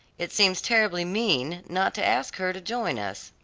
it seems terribly mean not to ask her to join us.